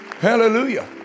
Hallelujah